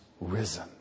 risen